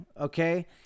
Okay